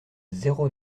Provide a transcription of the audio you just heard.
zéro